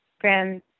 Grand